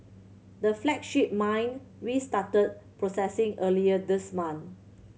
the flagship mine restarted processing earlier this month